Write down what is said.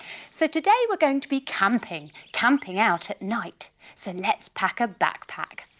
so today we're going to be camping, camping out at night, so let's pack a backpack.